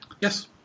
yes